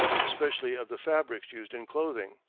especially of the fabrics used in clothing.